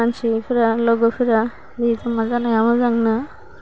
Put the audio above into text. मानसिफोरा लोगोफोरा नै जमा जानाया मोजांना